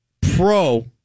pro